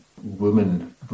women